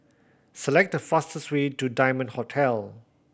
select the fastest way to Diamond Hotel